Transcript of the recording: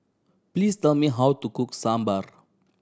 please tell me how to cook Sambar